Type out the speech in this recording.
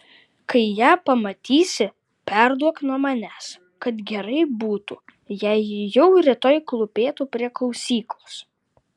kai ją pamatysi perduok nuo manęs kad gerai būtų jei ji jau rytoj klūpėtų prie klausyklos